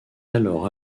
alors